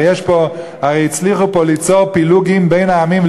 הרי הצליחו פה ליצור פילוגים בין העמים,